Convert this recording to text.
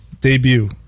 debut